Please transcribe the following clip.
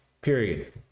period